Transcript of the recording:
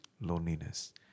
loneliness